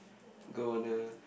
go on a